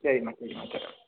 சரிம்மா சரிம்மா வந்துடுறேன்